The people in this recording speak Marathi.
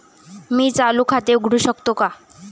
मी चालू खाते उघडू शकतो का?